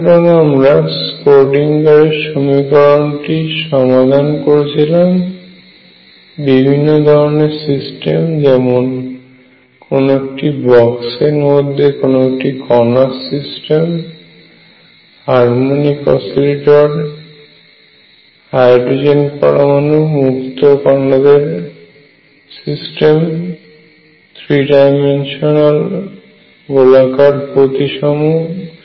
সুতরাং আমরা স্ক্রোডিঙ্গার সমীকরণটি সমাধান করেছিলাম বিভিন্ন ধরনের সিস্টেম যেমন কোন একটি বক্সের মধ্যে কোন একটি কণার সিস্টেম হারমনিক অসিলেটর হাইড্রোজেন পরমাণু মুক্ত কণাদের সিস্টেম থ্রি ডাইমেনশনাল গোলাকার প্রতিসম সিস্টেম